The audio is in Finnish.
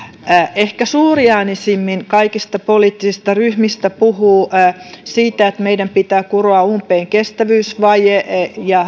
ehkä suuriäänisimmin kaikista poliittisista ryhmistä puhuu siitä että meidän pitää kuroa umpeen kestävyysvaje ja